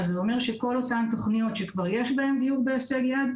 זה אומר שבכל אותן תוכניות שכבר יש בהן דיור בהישג יד,